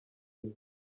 you